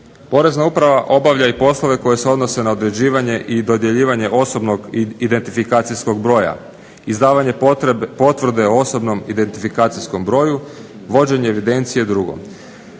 Porezna uprava obavlja i poslove koji se odnose na određivanje i dodjeljivanje osobnog identifikacijskog broja, izdavanje potvrde o osobnom identifikacijskom broju, vođenje evidencije i drugo.